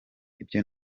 ibyo